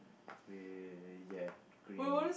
wait wait wait ya green